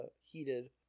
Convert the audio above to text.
heated